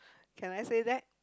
can I say that